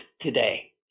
today